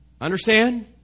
Understand